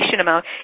amount